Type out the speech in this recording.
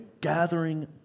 gathering